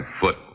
foot